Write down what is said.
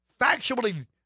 factually